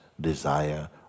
desire